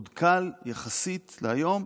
עוד היה קל, יחסית להיום,